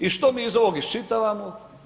I što mi iz ovog iščitavamo?